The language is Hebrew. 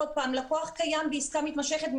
לקוח קיים בעסקה מתמשכת,